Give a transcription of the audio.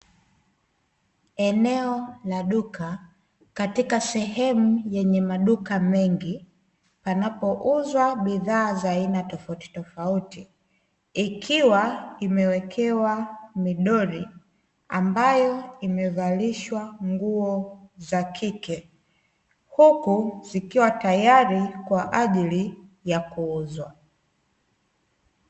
Eneo la duka katika sehemu yenye maduka mengi panapouzwa bidhaa za aina tofautitofauti, ikiwa imewekewa midoli ambayo imevalishwa nguo za kike. Huku zikiwa tayari kwa ajili ya kuuzwa.